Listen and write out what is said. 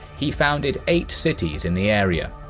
he founded eight cities in the area.